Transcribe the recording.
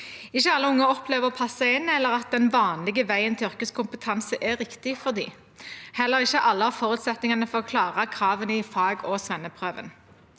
Ikke alle unge opplever å passe inn eller at den vanlige veien til yrkeskompetanse er riktig for dem. Heller ikke alle har forutsetningene for å klare kravene i fag- og svenneprøven.